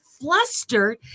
flustered